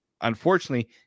unfortunately